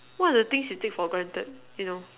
what are the things you take for granted you know